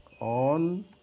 on